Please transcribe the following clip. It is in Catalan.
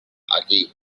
aquí